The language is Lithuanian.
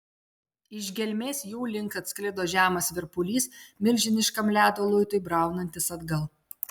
iš gelmės jų link atsklido žemas virpulys milžiniškam ledo luitui braunantis atgal